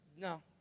no